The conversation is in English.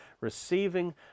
receiving